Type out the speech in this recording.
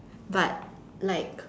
but like